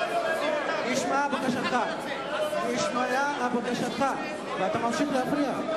נשמעה בקשתך ואתה ממשיך להפריע.